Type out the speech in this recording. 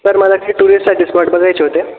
sir मला टुरिस्टसाठी spot बघायच्या होत्या